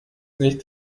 nicht